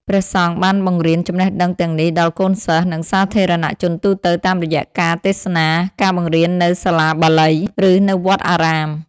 ព្រះសង្ឃបានបង្រៀនចំណេះដឹងទាំងនេះដល់កូនសិស្ស និងសាធារណជនទូទៅតាមរយៈការទេសនា ការបង្រៀននៅសាលាបាលី ឬនៅវត្តអារាម។